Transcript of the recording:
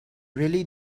really